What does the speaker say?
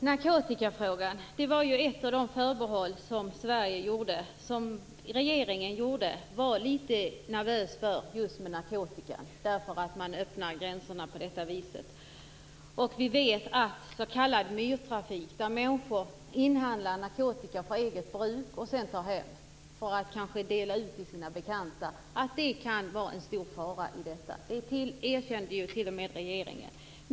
Fru talman! Ett av Sveriges förbehåll gällde narkotikan. Man var litet nervös för detta på grund av att gränserna öppnas på detta sätt. Vi vet att s.k. myrtrafik - människor som inhandlar narkotika för eget bruk som de sedan tar hem för att kanske dela ut till sina bekanta - kan innebära en stor fara. Det erkände t.o.m. regeringen.